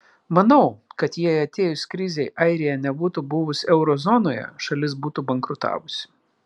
manau kad jei atėjus krizei airija nebūtų buvus euro zonoje šalis būtų bankrutavusi